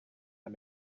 out